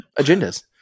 agendas